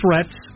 threats